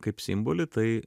kaip simbolį tai